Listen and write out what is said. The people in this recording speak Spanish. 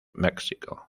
mexico